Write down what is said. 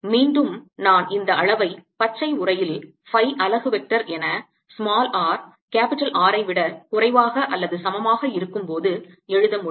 மீண்டும் நான் இந்த அளவை பச்சை உறையில் phi அலகு வெக்டர் என r R ஐ விட குறைவாக அல்லது சமமாக இருக்கும்போது எழுத முடியும்